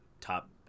top